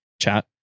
chat